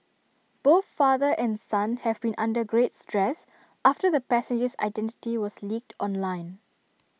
both father and son have been under great stress after the passenger's identity was leaked online